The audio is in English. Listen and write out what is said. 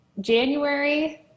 January